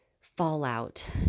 fallout